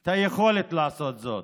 את היכולת לעשות זאת,